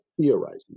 theorizing